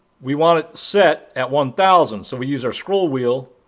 we want it set at one thousand. so we use our scroll wheel